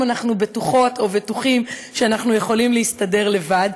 אנחנו בטוחות או בטוחים שאנחנו יכולים להסתדר לבד,